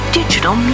digital